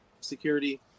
security